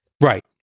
right